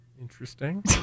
interesting